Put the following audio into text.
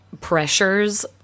pressures